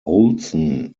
olsen